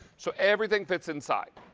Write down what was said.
so everything fits inside,